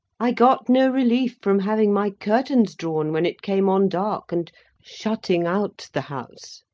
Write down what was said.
i got no relief from having my curtains drawn when it came on dark, and shutting out the house.